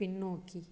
பின்னோக்கி